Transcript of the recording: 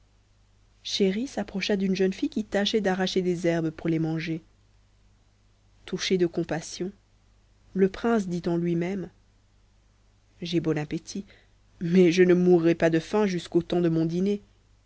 chéri s'approcha d'une jeune fille qui tâchait d'arracher des herbes pour les manger touché de compassion le prince dit en lui-même j'ai bon appétit mais je ne mourrai pas de faim jusqu'au temps de mon dîner